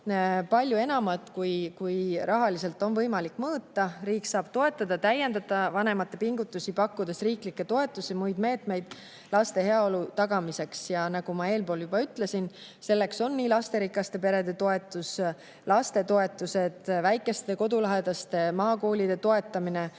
palju enamat, kui on rahaliselt võimalik mõõta. Riik saab toetada ja täiendada vanemate pingutusi, pakkudes riiklikke toetusi ning muid meetmeid laste heaolu tagamiseks. Nagu ma eespool juba ütlesin, selleks on lasterikaste perede toetus, lastetoetused, väikeste kodulähedaste maakoolide toetamine,